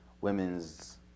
women's